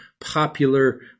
popular